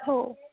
हो